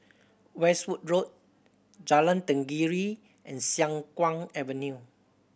Westwood Road Jalan Tenggiri and Siang Kuang Avenue